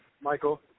Michael